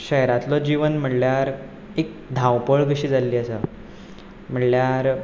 शेहरांतलो जिवन म्हणल्यार एक धांवपळ कशी जाल्ली आसा म्हणल्यार